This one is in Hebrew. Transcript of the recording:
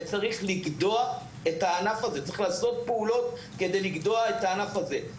וצריך לעשות פעולות כדי לגדוע את הענף הזה.